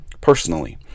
personally